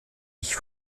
ich